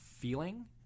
feeling